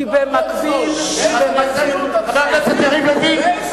כי במקביל, ונתן לנו את דוח-גולדסטון.